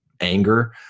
anger